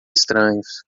estranhos